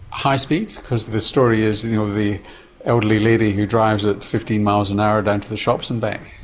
high speed, because the story is you know the elderly lady who drives at fifteen mph down to the shops and back?